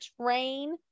train